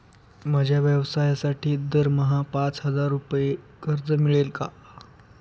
माझ्या व्यवसायासाठी दरमहा पाच हजार रुपये कर्ज मिळेल का?